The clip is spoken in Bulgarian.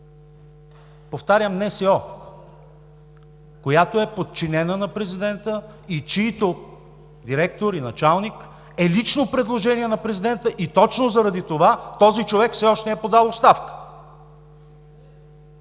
Повтарям, НСО, която е подчинена на президента, чийто директор и началник е лично предложение на него и точно заради това този човек все още не е подал оставка.